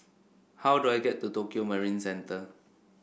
how do I get to Tokio Marine Centre